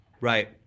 Right